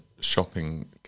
shopping